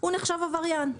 הוא נחשב עבריין.